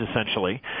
essentially